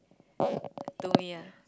to me ah